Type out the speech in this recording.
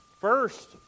First